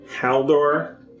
Haldor